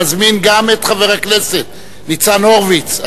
אני מזמין גם את חבר הכנסת ניצן הורוביץ,